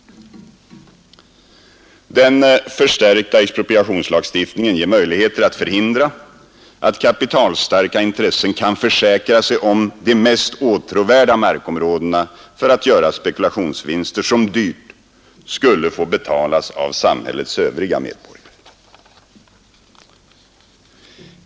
Den förstärkta expropriationslagstiftningen ger möjligheter att förhindra att kapitalstarka intressen kan försäkra sig om de mest åtråvärda markområdena för att göra spekulationsvinster som dyrt skulle få betalas av samhällets övriga medborgare.